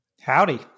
Howdy